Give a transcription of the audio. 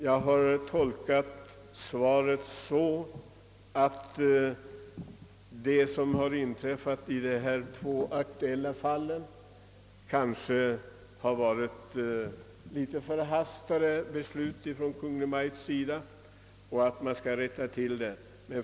Jag har tolkat svaret så, att Kungl. Maj:t i de två aktuella fallen kanske har fattat något förhastade beslut och att det kommer att ske en rättelse.